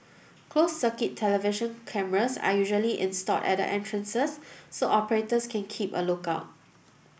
closed circuit television cameras are usually installed at the entrances so operators can keep a look out